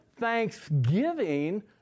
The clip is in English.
Thanksgiving